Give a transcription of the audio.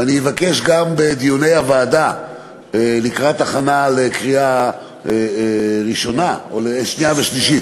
ואבקש גם בדיוני הוועדה בהכנה לקראת קריאה שנייה ושלישית,